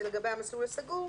זה לגבי המסלול הסגור,